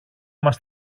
μας